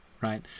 right